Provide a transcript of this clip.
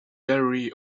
gallery